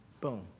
Boom